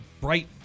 bright